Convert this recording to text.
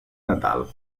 natal